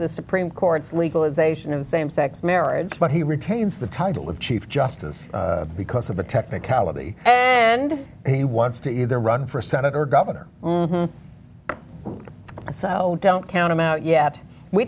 the supreme court's legalization of same sex marriage but he retains the title of chief justice because of a technicality and he wants to either run for senate or governor so don't count him out yet we